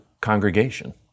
congregation